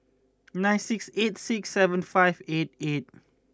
nine six eight six seven five eight eight